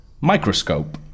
Microscope